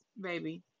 baby